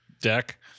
deck